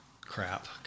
crap